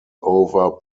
over